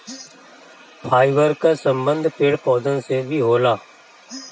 fibre कअ संबंध पेड़ पौधन से भी होला